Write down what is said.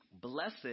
Blessed